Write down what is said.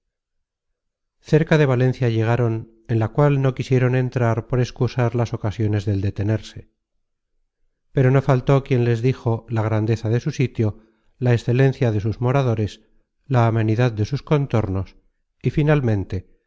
cerca de valencia llegaron en la cual no quisieron entrar por excusar las ocasiones del detenerse pero no faltó quien les dijo la grandeza de su sitio la excelencia de sus mora dores la amenidad de sus contornos y finalmente